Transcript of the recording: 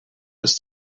ist